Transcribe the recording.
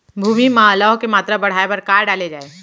भूमि मा लौह के मात्रा बढ़ाये बर का डाले जाये?